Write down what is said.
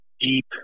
deep